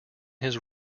his